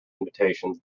invitations